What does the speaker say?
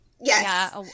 yes